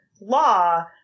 law